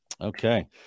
Okay